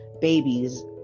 babies